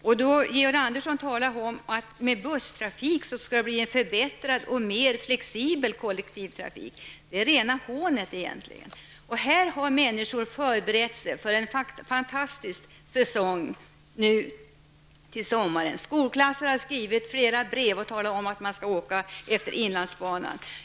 När Georg Andersson talar om att det skall bli en förbättrad och mer flexibel kollektivtrafik med busstrafik är det rena hånet egentligen. Här har människor förberett sig för en fantastisk säsong till sommaren. Skolklasser har skrivit flera brev och talat om att man skall åka efter inlandsbanan.